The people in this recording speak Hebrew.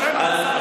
לא.